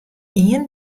ien